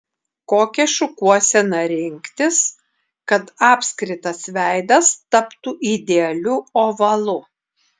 kokią šukuoseną rinktis kad apskritas veidas taptų idealiu ovalu